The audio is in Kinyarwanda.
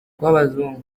kw’abazungu